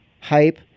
hype